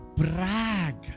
brag